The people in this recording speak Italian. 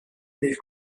del